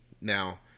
Now